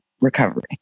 recovery